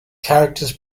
characters